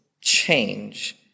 change